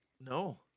No